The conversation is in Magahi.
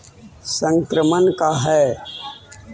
संक्रमण का है?